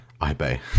iBay